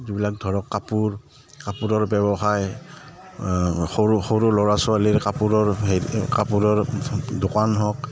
যিবিলাক ধৰক কাপোৰ কাপোৰৰ ব্যৱসায় সৰু সৰু ল'ৰা ছোৱালীৰ কাপোৰৰ হেৰি কাপোৰৰ দোকান হওক